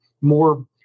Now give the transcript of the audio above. more